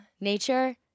Nature